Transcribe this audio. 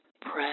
press